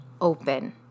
open